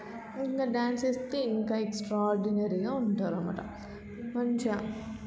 ఇంకా డ్యాన్స్ చేస్తే ఇంకా ఎక్స్ట్రాడినరీగా ఉంటారు అన్నమాట మంచిగా